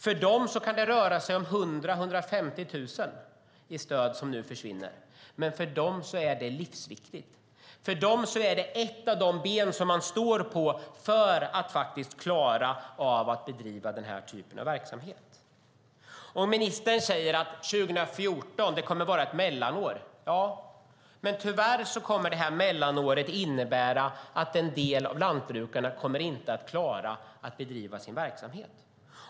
För dem kan det röra sig om 100 000-150 000 i stöd som nu försvinner. För dem är det livsviktigt. För dem är det ett av de ben som de står på för att klara av att bedriva den här typen av verksamhet. Ministern säger att 2014 kommer att vara ett mellanår. Tyvärr kommer det mellanåret att innebära att en del av lantbrukarna inte kommer att klara att bedriva sin verksamhet.